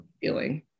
feeling